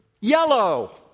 yellow